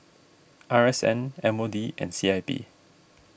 R S N M O D and C I P